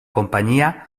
companyia